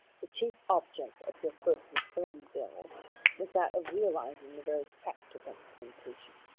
the chief object of your first reform bill was that of realising the very fact of representation.